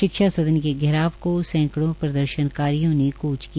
शिक्षा सदन के घेराव को सैंकड़ों प्रदर्शनकारियों ने क्च किया